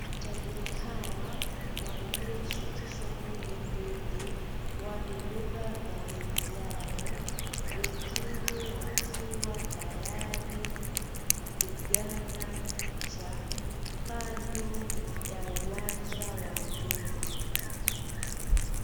Watalii hawa walioshukishwa kwenye ndege wamebeba mabegi yao wengine wakiwa tayari kupigana picha kando ya uwanja wa ndege.